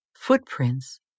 footprints